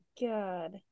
god